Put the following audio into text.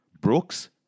Brooks